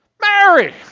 Mary